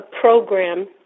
program